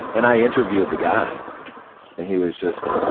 and i interviewed the guy and he was just